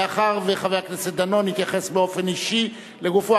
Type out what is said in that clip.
מאחר שחבר הכנסת דנון התייחס באופן אישי לגופו.